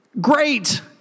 great